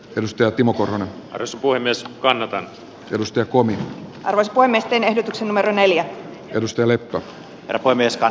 rystyä timo korhonen uskoi myös kanadan pyrstöpuomi roiskui nesteen ehdotuksen numero neljä eli se leikkaa helpoimmin scan